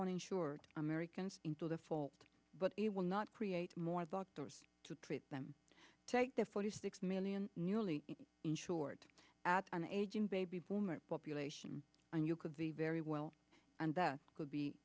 on insured americans into default but it will not create more doctors to treat them take the forty six million nearly insured add an aging baby boomer population and you could be very well and that could be